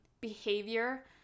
behavior